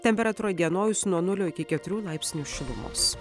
temperatūra įdienojus nuo nulio iki keturių laipsnių šilumos